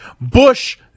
Bush